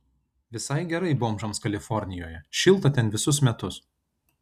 visai gerai bomžams kalifornijoje šilta ten visus metus